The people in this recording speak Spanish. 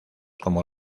como